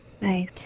Nice